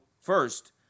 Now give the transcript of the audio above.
first